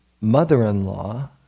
mother-in-law